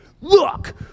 Look